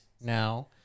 now